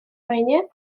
войне